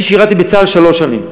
אני שירתי בצה"ל שלוש שנים.